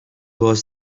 was